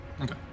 Okay